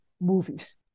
movies